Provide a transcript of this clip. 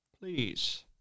Please